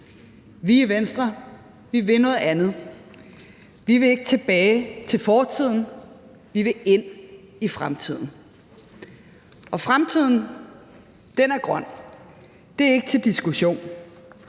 Vi i Venstre vil noget andet; vi vil ikke tilbage til fortiden, vi vil ind i fremtiden. Og fremtiden er grøn. Det er ikke til diskussion.